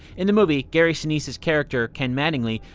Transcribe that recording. in the movie, gary sinise's character, ken mattingly,